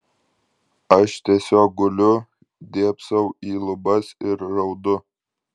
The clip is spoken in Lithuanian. aš tiesiog guliu dėbsau į lubas ir raudu